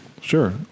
Sure